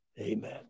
Amen